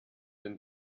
denn